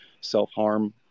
self-harm